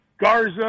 Garza